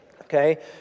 okay